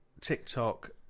TikTok